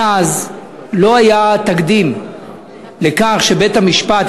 מאז לא היה תקדים לכך שבית-המשפט,